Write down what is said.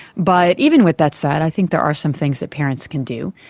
but even with that said, i think there are some things that parents can do.